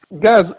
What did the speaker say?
guys